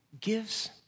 gives